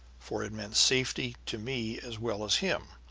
for it meant safety to me as well as him,